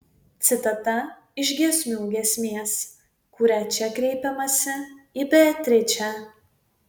citata iš giesmių giesmės kuria čia kreipiamasi į beatričę